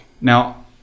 Now